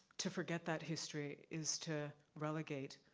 to forget that history is to relegate